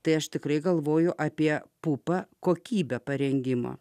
tai aš tikrai galvoju apie pupą kokybę parengimo